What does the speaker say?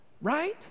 right